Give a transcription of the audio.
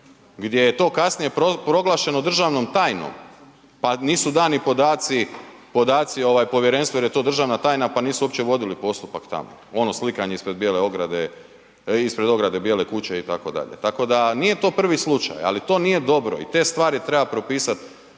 gdje je to kasnije proglašeno državnom tajnom, pa nisu dani podaci povjerenstvu jer je to državna tajna pa nisu uopće vodili postupak tamo, ono slikanje ispred ograde bijele kuće itd., tako da nije to prvi slučaj, ali to nije dobro i te stvari treba propisat